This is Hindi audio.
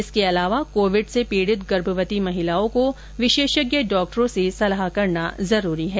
इसके अलावा कोविड से पीड़ित गर्भवती महिलाओं को विशेषज्ञ डॉक्टरों से सलाह करना जरूरी है